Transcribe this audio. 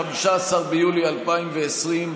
15 ביולי 2020,